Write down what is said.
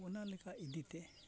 ᱚᱱᱟ ᱞᱮᱠᱟ ᱤᱫᱤ ᱛᱮ